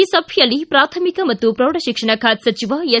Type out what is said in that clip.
ಈ ಸಭೆಯಲ್ಲಿ ಪ್ರಾಥಮಿಕ ಮತ್ತು ಪ್ರೌಢಶಿಕ್ಷಣ ಖಾತೆ ಸಚಿವ ಎಸ್